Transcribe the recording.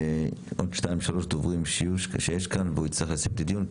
ועוד שניים שלושה דוברים שיש כאן והוא יצטרך לסיים את הדיון,